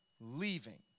leaving